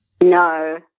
No